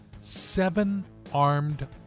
seven-armed